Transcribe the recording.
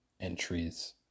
entries